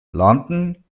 london